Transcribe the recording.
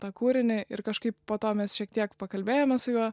tą kūrinį ir kažkaip po to mes šiek tiek pakalbėjome su juo